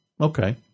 Okay